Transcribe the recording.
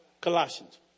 Colossians